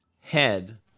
head